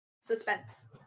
suspense